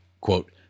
Quote